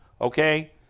okay